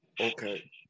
Okay